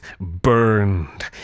burned